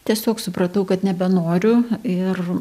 tiesiog supratau kad nebenoriu ir